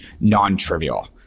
non-trivial